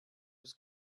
was